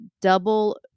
double